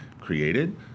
created